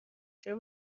چرا